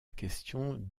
question